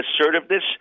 assertiveness